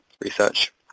research